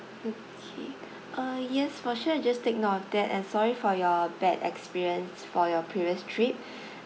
okay uh yes for sure just take note of that and sorry for your bad experience for your previous trip